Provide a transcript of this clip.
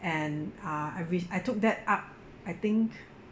and ah I re~ I took that up I think